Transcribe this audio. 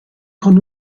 con